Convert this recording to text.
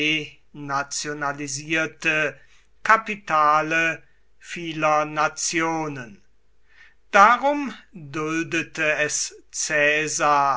denationalisierte kapitale vieler nationen darum duldete es